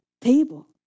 table